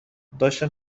داشتم